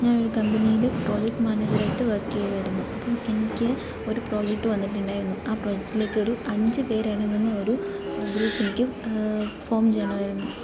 ഞാൻ ഒരു കമ്പനിയിൽ പ്രോജക്റ്റ് മാനേജരായിട്ട് വർക്ക് ചെയ്യുവായിരുന്നു അപ്പം എനിക്ക് ഒരു പ്രോജക്റ്റ് വന്നിട്ടുണ്ടായിരുന്നു ആ പ്രോജക്ടിലേക്കൊരു അഞ്ച് പേരടങ്ങുന്ന ഒരു ഗ്രൂപ്പ് എനിക്ക് ഫോം ചെയ്യണമായിരുന്നു